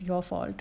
your fault